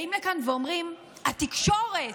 באים לכאן ואומרים: התקשורת.